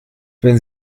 wenn